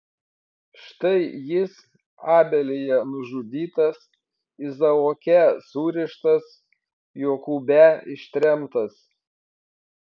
štai jis abelyje nužudytas izaoke surištas jokūbe ištremtas